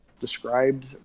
described